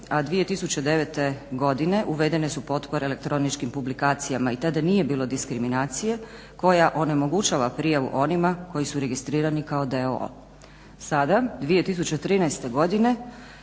a 2009. godine uvedene su potpore elektroničkim publikacijama i tada nije bilo diskriminacije koja onemogućava prijavu onima koji su registrirani kao d.o.o. Sada 2013. godine